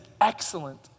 excellent